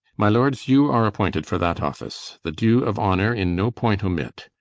my lords, you are appointed for that office the due of honour in no point omit.